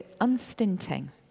unstinting